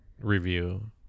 review